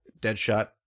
Deadshot